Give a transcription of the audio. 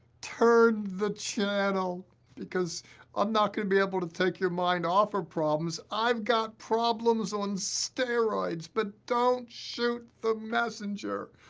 turn the channel because i'm not gonna be able to take your mind off of problems. i've got problems on steroids, but don't shoot the messenger.